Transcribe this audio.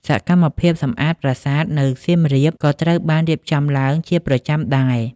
សកម្មភាពសម្អាតប្រាសាទនៅសៀមរាបក៏ត្រូវបានរៀបចំឡើងជាប្រចាំដែរ។